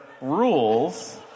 rules